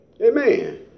Amen